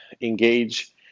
engage